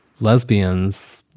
lesbians